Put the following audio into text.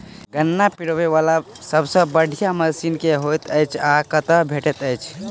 गन्ना पिरोबै वला सबसँ बढ़िया मशीन केँ होइत अछि आ कतह भेटति अछि?